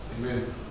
Amen